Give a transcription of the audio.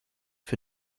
für